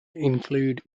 include